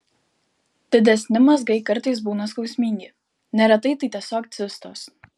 didesni mazgai kartais būna skausmingi neretai tai tiesiog cistos